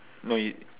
no you